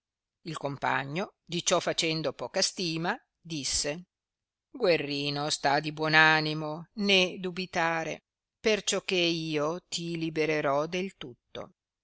il compagno di ciò facendo poca stima disse guerrino sta di buon animo né dubitare perciò che io ti libererò del tutto